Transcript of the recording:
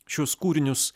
šiuos kūrinius